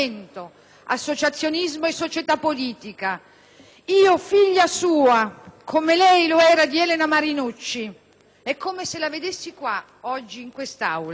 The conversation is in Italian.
associazionismo e società politica, io, figlia sua, come lei lo era di Elena Marinucci, è come se la vedessi qua, oggi, in quest'Aula,